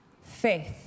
Faith